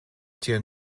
jian